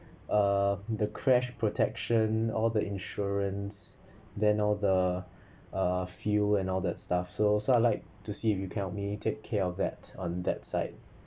uh the crash protection all the insurance then all the uh fuel and all that stuff so so I'd like to see if you can help me take care of that on that side